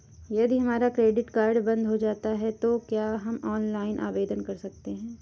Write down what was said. यदि हमारा credit card बंद हो जाता है तो क्या हम ऑनलाइन आवेदन कर सकते हैं?